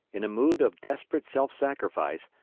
in a mood of desperate self-sacrifice,